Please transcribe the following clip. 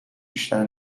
بیشتر